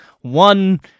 one